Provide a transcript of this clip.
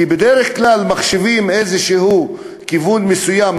כי בדרך כלל מחשיבים כיוון מסוים,